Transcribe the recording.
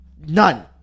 None